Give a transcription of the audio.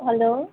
hello